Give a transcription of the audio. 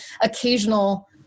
occasional